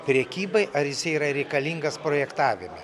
prekybai ar jisai yra reikalingas projektavime